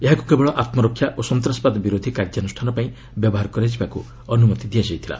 ଏହାକୁ କେବଳ ଆତ୍କରକ୍ଷା ଓ ସନ୍ତାସବାଦ ବିରୋଧୀ କାର୍ଯ୍ୟାନୁଷ୍ଠାନ ପାଇଁ ବ୍ୟବହାର କରାଯିବାକୁ ଅନୁମତି ଦିଆଯାଇଥିଲା